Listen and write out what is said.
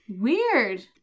Weird